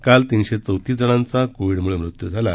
काल तीनशे चौतीस जणांचा कोविडमुळे मृत्यू झाला